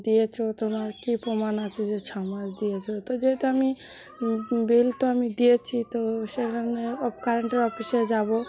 দিয়েছ তোমার কী প্রমাণ আছে যে ছ মাস দিয়েছ তো যেহেতু আমি বিল তো আমি দিয়েছি তো সেখানে কারেন্টের অফিসে যাব